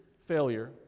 failure